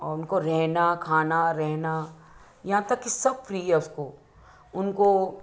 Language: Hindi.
और उनको रहना खाना रहना यहाँ तक कि सब फ्री है उसको उनको